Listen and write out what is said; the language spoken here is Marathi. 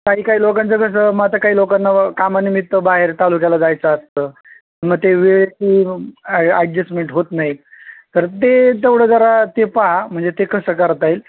काही काही लोकांचं कसं मग आता काय लोकांना कामानिमित्त बाहेर तालुक्याला जायचं असतं मग ते वेळेची ॲड ॲडजस्टमेन्ट होत नाही तर ते तेवढं जरा ते पहा म्हणजे ते कसं करता येईल